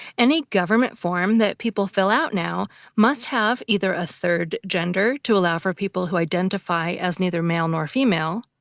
any government form that people fill out now must must have either a third gender to allow for people who identify as neither male nor female,